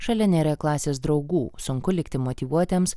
šalia nėra klasės draugų sunku likti motyvuotiems